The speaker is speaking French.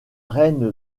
reine